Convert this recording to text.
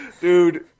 dude –